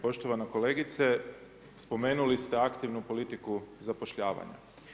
Poštovana kolegice, spomenuli ste aktivnu politiku zapošljavanja.